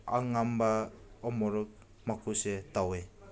ꯑꯉꯥꯡꯕ ꯎ ꯃꯣꯔꯣꯛ ꯃꯀꯨꯞꯁꯦ ꯇꯧꯋꯦ